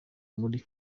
muri